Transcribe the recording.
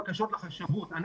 בחשבות,